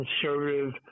conservative